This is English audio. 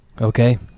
Okay